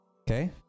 Okay